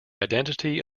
identity